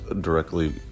directly